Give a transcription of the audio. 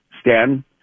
Stan